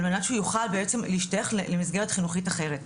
על מנת שהוא יוכל בעצם להשתייך למסגרת חינוכית אחרת.